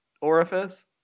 orifice